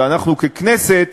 ואנחנו, ככנסת,